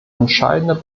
entscheidender